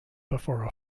before